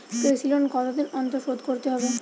কৃষি লোন কতদিন অন্তর শোধ করতে হবে?